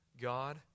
God